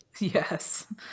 Yes